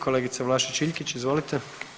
Kolegice Vlašić Iljkić izvolite.